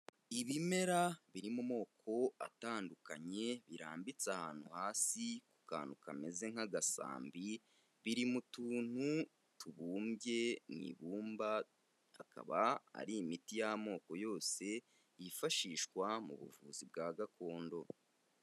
Ibimera biri mu moko atandukanye birambitse ahantu hasi ku kantu kameze nk'agasambi, biri mu tuntu tubumbye mu ibumba, akaba ari imiti y'amoko yose yifashishwa mu buvuzi bwa gakondo.